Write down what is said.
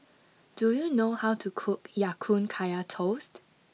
do you know how to cook Ya Kun Kaya Toast